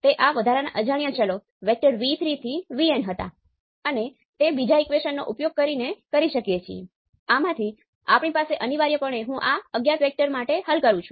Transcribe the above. હવે મને V1 અને I2 ના યોગદાનમાં રસ નથી